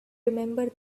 remember